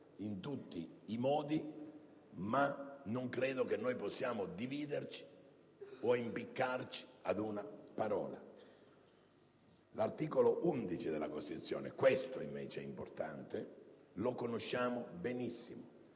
in tutti i modi, ma non credo che possiamo dividerci o impiccarci su una parola. L'articolo 11 della Costituzione - questo è invece importante - lo conosciamo benissimo.